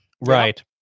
Right